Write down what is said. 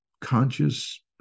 conscious